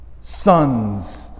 sons